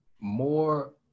more